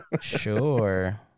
Sure